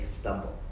stumble